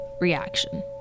reaction